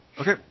Okay